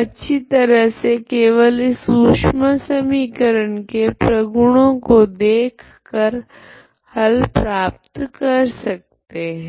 अच्छी तरह से केवल इस ऊष्मा समीकरण के प्रगुणों को देख कर हल प्राप्त कर सकते है